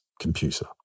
computer